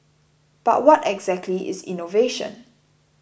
but what exactly is innovation